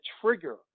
trigger